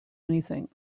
anything